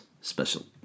special